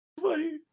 funny